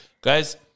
Guys